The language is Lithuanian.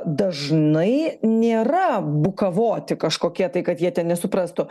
dažnai nėra bukavoti kažkokie tai kad jie ten nesuprastų